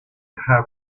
have